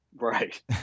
Right